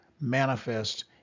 manifest